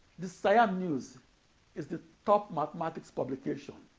the siam news is the top mathematics publication